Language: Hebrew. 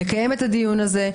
לקיים את הדיון הזה,